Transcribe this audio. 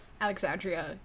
Alexandria